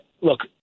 look